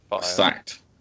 sacked